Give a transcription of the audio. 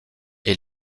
est